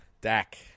Dak